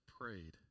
prayed